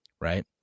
Right